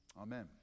Amen